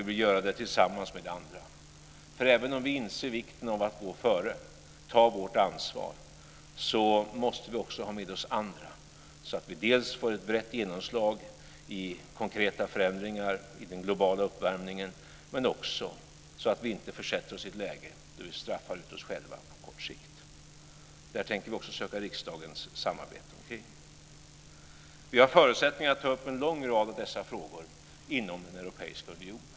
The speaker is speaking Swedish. Vi vill göra det tillsammans med andra. Även om vi inser vikten av att gå före och ta vårt ansvar måste vi också ha med oss andra för att få ett brett genomslag i konkreta förändringar i den globala uppvärmningen. Vi får inte försätta oss i ett läge där vi straffar ut oss själva på kort sikt. Detta tänker vi också söka samarbete med riksdagen omkring. Vi har förutsättningar att ta upp en lång rad av dessa frågor inom Europeiska unionen.